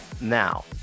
now